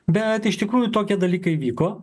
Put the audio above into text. bet iš tikrųjų tokie dalykai vyko